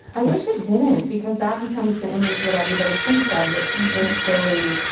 i wish it didn't because that becomes the image that everybody thinks of, this this silly,